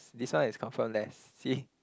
this one is confirm less see